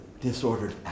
disordered